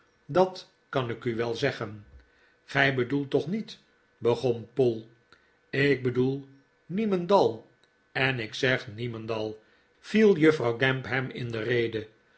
dat kan ik u wel zeggen gij bedoelt toch niet begon poll ik bedoel niemendal en ik zeg niemendal viel juffrouw gamp hem in de rede